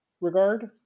regard